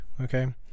Okay